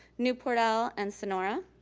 newport el, and sonora.